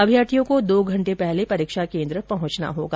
अभ्यर्थियों को दो घंटे पहले परीक्षा केंद्र पर पहुंचना होगा